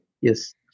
yes